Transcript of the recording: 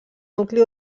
nucli